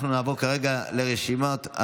אנחנו מסירים את ההתנגדות.